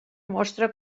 mostra